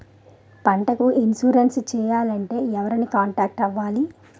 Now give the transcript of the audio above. పంటకు ఇన్సురెన్స్ చేయాలంటే ఎవరిని కాంటాక్ట్ అవ్వాలి?